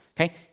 Okay